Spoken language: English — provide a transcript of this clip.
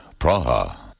Praha